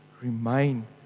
remain